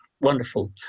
wonderful